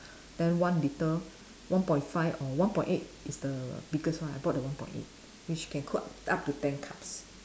then one litre one point five or one point eight is the biggest one I bought the one point eight which can cook up up to ten cups